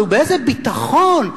ובאיזה ביטחון.